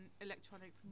electronic